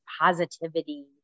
positivity